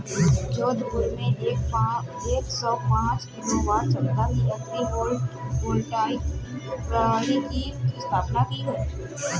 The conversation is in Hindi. जोधपुर में एक सौ पांच किलोवाट क्षमता की एग्री वोल्टाइक प्रणाली की स्थापना की गयी